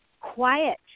quiet